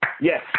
Yes